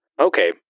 Okay